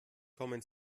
kommen